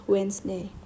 Wednesday